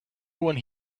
one